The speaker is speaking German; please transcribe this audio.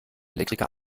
elektriker